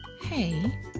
hey